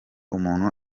umuntu